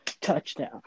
Touchdown